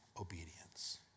obedience